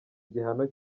igihano